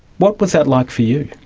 what was that like for you?